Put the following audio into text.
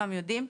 וכולם יודעים,